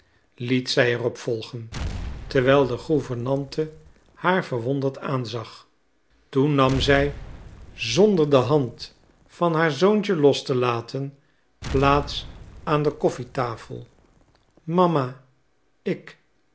liet zij er op volgen terwijl de gouvernante haar verwonderd aanzag toen nam zij zonder de hand van haar zoontje los te laten plaats aan de koffietafel mama ik